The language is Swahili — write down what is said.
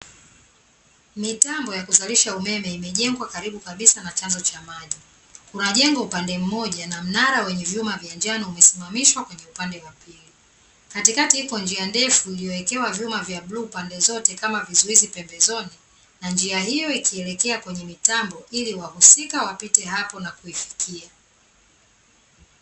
Mitambo ya kuzalisha umeme imejengwa karibu kabisa na chanzo cha maji, Kunajengo upande mmoja na mnara wenye vyuma vya njano umesimamishwa kwenye upande wa pili katikati iko njia ndefu iliyowekewa vyuma vya bluu pande zote kama vizuizi pembe zoni na njia hiyo ikielekea kwenye mtambo iliwahusika wapite hapo nakuifikia.